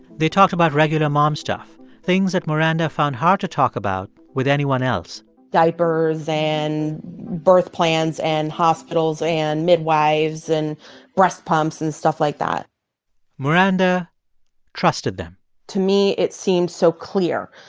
they talked about regular mom stuff, things that maranda found hard to talk about with anyone else diapers and birth plans and hospitals and midwives and breast pumps and stuff like that maranda trusted them to me, it seemed so clear.